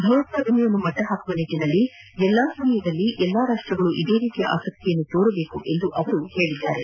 ಭಯೋತ್ವಾನೆಯನ್ನು ಮಟ್ಸಹಾಕುವ ನಿಟ್ಸಿನಲ್ಲಿ ಎಲ್ಲಾ ಸಮಯದಲ್ಲಿ ಎಲ್ಲಾ ರಾಷ್ಟ್ರಗಳು ಇದೇ ರೀತಿಯ ಆಸಕ್ತಿಯನ್ನು ತೋರಬೇಕು ಎಂದು ಅವರು ಹೇಳಿದ್ದಾರೆ